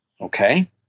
Okay